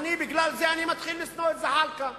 בגלל זה אני מתחיל לשנוא את זחאלקה,